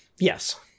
Yes